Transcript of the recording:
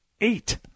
eight